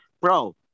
Bro